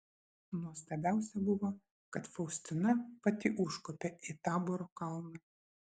nuostabiausia buvo kad faustina pati užkopė į taboro kalną